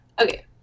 Okay